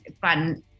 fun